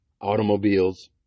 automobiles